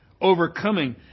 overcoming